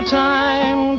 time